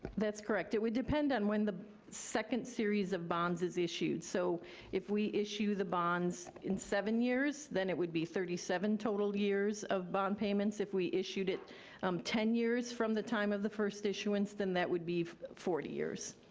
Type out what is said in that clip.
that's correct, it would depend on when the second series of bonds is issued. so if we issue the bonds in seven years, then it would be thirty seven total years of bond payments. if we issued it ten years from the time of the first issuance, then that would be forty years.